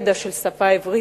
הידע של השפה העברית,